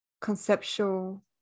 conceptual